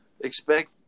expect